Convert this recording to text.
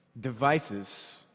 devices